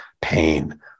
pain